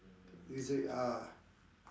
is it ah